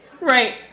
Right